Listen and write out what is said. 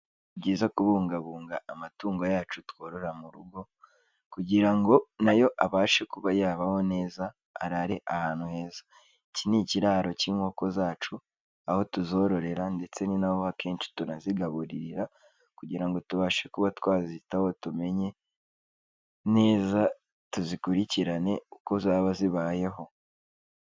Ni byiza kubungabunga amatungo yacu tworora mu rugo, kugira ngo nayo abashe kuba yabaho neza, arare ahantu heza. Iki ni ikiraro cy'inkoko zacu, aho tuzororera ndetse ninabo akenshi turanazigaburira kugira ngo tubashe kuba twazitaho tumenye neza tuzikurikirane uko zaba zibayeho.